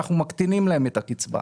אנחנו מקטינים להם את הקצבה.